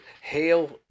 hail